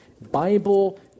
Bible